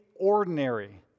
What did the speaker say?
ordinary